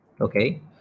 okay